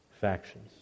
factions